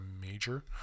major